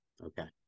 Okay